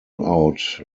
out